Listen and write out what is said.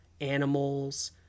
animals